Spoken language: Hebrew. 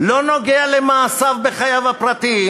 זה לא נוגע למעשיו בחייו הפרטיים.